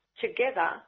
together